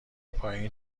پایین